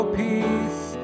peace